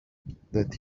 that